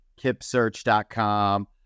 KipSearch.com